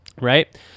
right